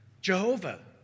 Jehovah